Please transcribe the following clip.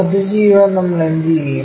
അത് ചെയ്യാൻ നമ്മൾ എന്തുചെയ്യും